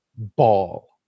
Ball